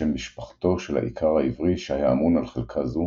בשם משפחתו של האיכר העברי שהיה אמון על חלקה זו,